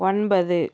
ஒன்பது